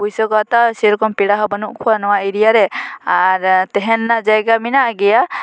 ᱯᱩᱭᱥᱟᱹ ᱠᱚ ᱦᱟᱛᱟᱣᱟ ᱥᱮ ᱨᱚᱠᱚᱢ ᱯᱮᱲᱟ ᱦᱚᱸ ᱵᱟᱹᱱᱩᱜ ᱠᱚᱣᱟ ᱱᱚᱣᱟ ᱮᱨᱤᱭᱟ ᱨᱮ ᱟᱨ ᱛᱟᱦᱮᱱ ᱨᱮᱱᱟᱜ ᱡᱟᱭᱜᱟ ᱢᱮᱱᱟᱜ ᱜᱮᱭᱟ